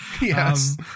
Yes